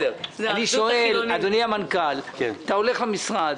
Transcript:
אדוני המנכ"ל, אתה הולך למשרד,